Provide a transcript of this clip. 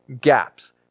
gaps